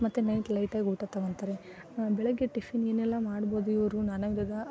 ಮತ್ತು ನೈಟ್ ಲೈಟಾಗಿ ಊಟ ತೊಗೊಳ್ತಾರೆ ಬೆಳಗ್ಗೆ ಟಿಫಿನ್ಗೆ ಏನೆಲ್ಲ ಮಾಡ್ಬೋದು ಇವರು ನಾನಾ ವಿಧದ